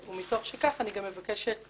ומתוך שכך אני גם מבקשת,